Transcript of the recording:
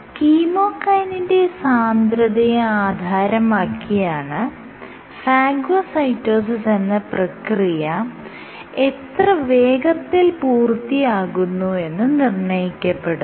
കീമോകൈനിന്റെ സാന്ദ്രതയെ ആധാരമാക്കിയാണ് ഫാഗോസൈറ്റോസിസ് എന്ന പ്രക്രിയ എത്ര വേഗത്തിൽ പൂർത്തിയാകുന്നു എന്ന് നിർണയിക്കപ്പെടുന്നത്